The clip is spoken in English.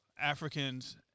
Africans